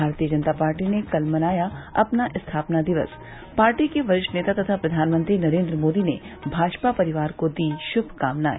भारतीय जनता पार्टी ने कल मनाया अपना स्थापना दिवस पार्टी के वरिष्ठ नेता तथा प्रधानमंत्री नरेन्द्र मोदी ने भाजपा परिवार को दी शुभकामनाएं